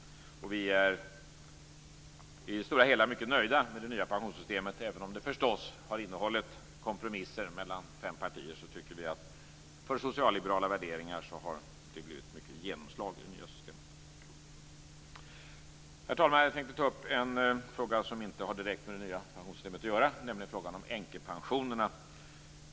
Vi är i det stora hela mycket nöjda med det nya pensionssystemet. Även om det förstås har innehållit kompromisser mellan fem partier tycker vi att socialliberala värderingar har fått mycket genomslag i det nya systemet. Herr talman! Jag tänkte ta upp en fråga som inte har direkt med det nya pensionssystemet att göra, nämligen frågan om änkepensionerna.